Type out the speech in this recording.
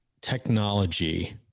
technology